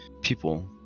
people